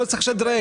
לא צריך לשדרג.